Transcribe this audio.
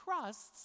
trusts